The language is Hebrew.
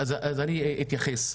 אז אני אתייחס.